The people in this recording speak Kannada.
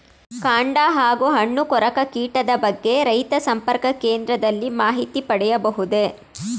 ಕಾಂಡ ಹಾಗೂ ಹಣ್ಣು ಕೊರಕ ಕೀಟದ ಬಗ್ಗೆ ರೈತ ಸಂಪರ್ಕ ಕೇಂದ್ರದಲ್ಲಿ ಮಾಹಿತಿ ಪಡೆಯಬಹುದೇ?